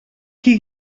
qui